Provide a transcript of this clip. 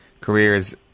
careers